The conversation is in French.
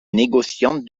négociants